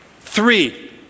Three